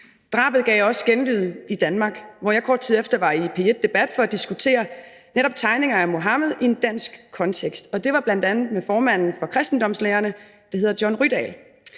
Drabet gav også genlyd i Danmark, hvor jeg kort tid efter var i P1 Debat for netop at diskutere tegninger af Muhammed i en dansk kontekst. Og det var bl.a. med formanden for kristendomslærerne, der hedder